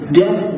death